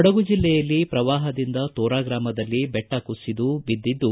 ಕೊಡಗು ಜಲ್ಲೆಯಲ್ಲಿ ಪ್ರವಾಪದಿಂದ ತೋರಾ ಗ್ರಾಮದಲ್ಲಿ ಬೆಟ್ಟು ಕುಸಿದು ಬಿದ್ದಿದ್ದು